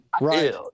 right